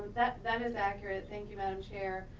that that is accurate. thank you, madam chair,